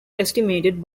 estimated